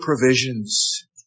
provisions